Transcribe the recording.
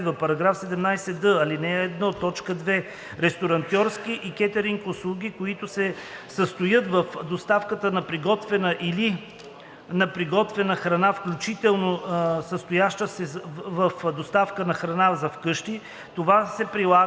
ал. 1, т. 2. ресторантьорски и кетъринг услуги, които се състоят в доставка на приготвена или на приготвена храна, включително състояща се в доставка на храна за вкъщи. Това се прилага